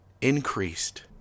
increased